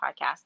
podcast